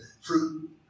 fruit